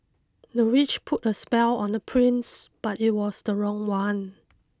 the witch put a spell on the prince but it was the wrong one